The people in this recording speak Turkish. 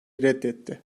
reddetti